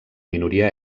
minoria